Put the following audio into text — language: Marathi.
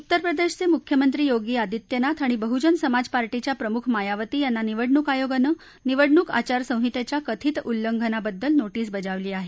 उत्तर प्रदेशाचे मुख्यमंत्री योगी आदित्यनाथ आणि बह्जन समाज पार्टीच्या प्रमुख मायावती यांना निवडणुक आयोगानं निवडणूक आचारसंहितेच्या कथित उल्लंघनाबद्दल नोटीस बजावली आहे